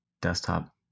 desktop